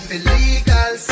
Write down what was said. illegal